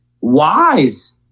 wise